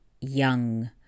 young